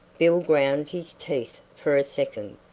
bill ground his teeth for a second,